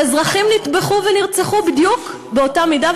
ואזרחים נטבחו ונרצחו בדיוק באותה מידה,